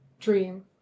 dream